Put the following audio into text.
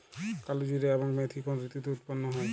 কালোজিরা এবং মেথি কোন ঋতুতে উৎপন্ন হয়?